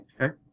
Okay